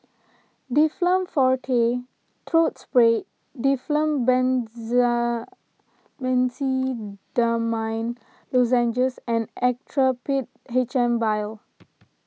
Difflam forte Throat Spray Difflam Benzydamine Lozenges and Actrapid H M vial